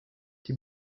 die